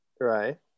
Right